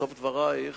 בסוף דברייך.